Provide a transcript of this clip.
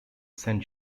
saint